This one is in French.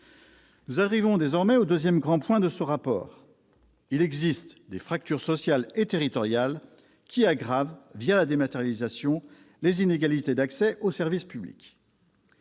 J'en arrive au deuxième grand point du rapport précité. Il existe des fractures sociales et territoriales qui aggravent, la dématérialisation, les inégalités d'accès aux services publics.